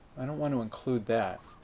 i don't want to include that.